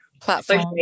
platform